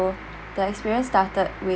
so the experience started with